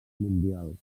mundial